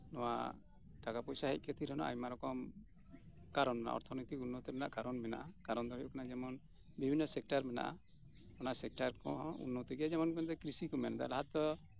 ᱱᱚᱣᱟ ᱴᱟᱠᱟ ᱯᱚᱭᱥᱟ ᱦᱮᱡ ᱠᱷᱟᱛᱤᱨ ᱨᱮᱦᱚᱸ ᱟᱭᱢᱟ ᱨᱚᱠᱚᱢ ᱠᱟᱨᱚᱱ ᱢᱮᱱᱟᱜᱼᱟ ᱚᱨᱛᱷᱚᱱᱚᱭᱛᱤᱠ ᱩᱱᱱᱚᱛᱤ ᱨᱮᱱᱟᱜ ᱠᱟᱨᱚᱱ ᱢᱮᱱᱟᱜᱼᱟ ᱠᱟᱨᱚᱱ ᱫᱚ ᱦᱩᱭᱩᱜ ᱠᱟᱱᱟ ᱡᱮᱢᱚᱱ ᱵᱤᱵᱷᱤᱱᱱᱚ ᱥᱮᱠᱴᱟᱨ ᱢᱮᱱᱟᱜᱼᱟ ᱚᱱᱟ ᱥᱮᱠᱴᱟᱨ ᱠᱚᱦᱚᱸ ᱩᱱᱱᱚᱛᱤᱜᱮ ᱡᱮᱢᱚᱱ ᱠᱚ ᱢᱮᱱ ᱫᱟ ᱠᱨᱤᱥᱤ ᱠᱚ ᱢᱮᱱ ᱫᱟ ᱞᱟᱦᱟ ᱛᱮᱫᱚ